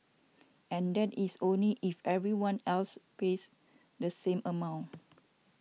and that is only if everyone else pays the same amount